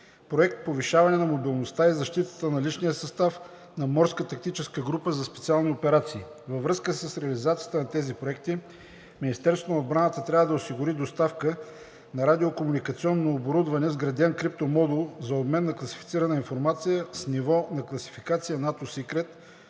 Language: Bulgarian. Проект „Повишаване на мобилността и защитата на личния състав на морска тактическа група за специални операции“. Във връзка с реализацията на тези проекти Министерството на отбраната трябва да осигури доставка на радио-комуникационно оборудване с вграден криптомодул за обмен на класифицирана информация с ниво на класификация NATO SECRET